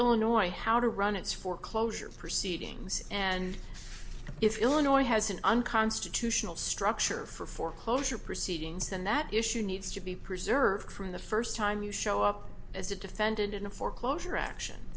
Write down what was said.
illinois how to run its foreclosure proceedings and if illinois has an unconstitutional structure for foreclosure proceedings then that issue needs to be preserved from the first time you show up as a defendant in a foreclosure action